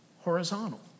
Horizontal